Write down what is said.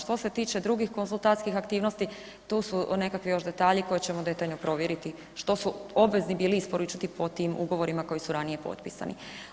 Što se tiče drugih konzultantskih aktivnosti, tu su nekakvi još detalji koje ćemo detaljno provjeriti, što su obvezni bili isporučiti po tim ugovorima koji su ranije potpisani.